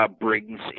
brings